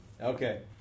Okay